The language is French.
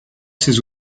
ses